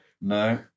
No